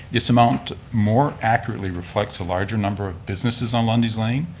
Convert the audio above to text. this amount more accurately reflects the larger number of businesses on lundy's lane,